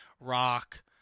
Rock